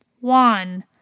One